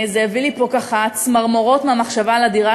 זה הביא לי פה ככה צמרמורות מהמחשבה על הדירה